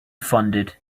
funded